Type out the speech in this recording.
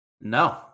No